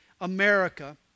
America